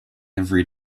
every